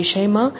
આ વિષયમાં